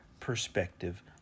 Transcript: Perspective